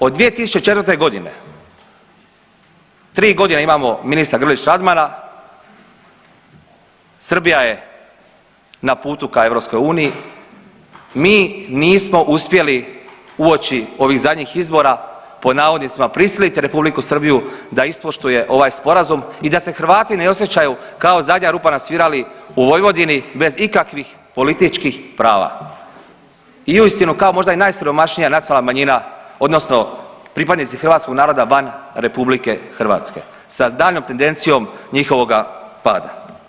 Od 2004.g. 3.g. imamo ministra Grlić Radmana, Srbija je na putu ka EU, mi nismo uspjeli uoči ovih zadnjih izbora pod navodnicima prisiliti Republiku Srbiju da ispoštuje ovaj sporazum i da se Hrvati ne osjećaju kao zadnja rupa na svirali u Vojvodini bez ikakvih političkih prava i uistinu kao možda i najsiromašnija nacionalna manjina odnosno pripadnici hrvatskog naroda van RH sa daljnjom tendencijom njihovoga pada.